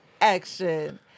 action